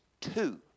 two